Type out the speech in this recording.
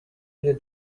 you